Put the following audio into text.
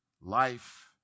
Life